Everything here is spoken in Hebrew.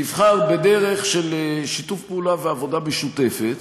תבחר בדרך של שיתוף פעולה ועבודה משותפת,